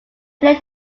played